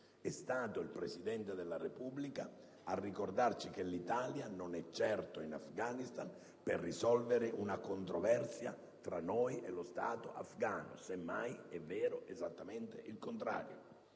È stato il Presidente della Repubblica a ricordarci che l'Italia non è certo in Afghanistan per risolvere una controversia tra noi e lo Stato afgano. Semmai è vero esattamente il contrario: